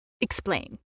explain